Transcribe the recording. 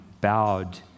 bowed